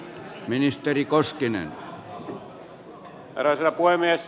arvoisa herra puhemies